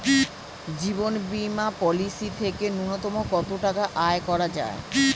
জীবন বীমা পলিসি থেকে ন্যূনতম কত টাকা আয় করা যায়?